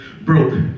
Broke